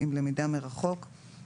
ולימודים של כיתות ז'